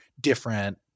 different